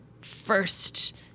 first